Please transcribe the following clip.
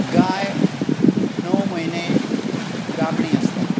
गाय णव म्हयने गाबणी आसतात